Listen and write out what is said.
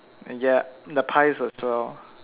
and ya the pies as well